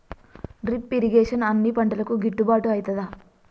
Drip irrigation అన్ని పంటలకు గిట్టుబాటు ఐతదా?